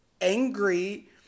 angry